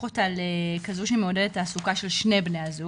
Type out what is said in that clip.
אותה לכזאת שמעודדת תעסוקה של שני בני הזוג.